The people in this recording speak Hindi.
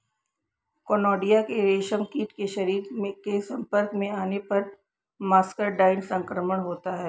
कोनिडिया के रेशमकीट के शरीर के संपर्क में आने पर मस्करडाइन संक्रमण होता है